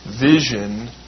vision